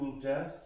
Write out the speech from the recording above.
death